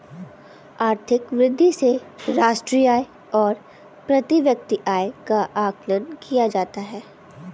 आर्थिक वृद्धि से राष्ट्रीय आय और प्रति व्यक्ति आय का आकलन किया जाता है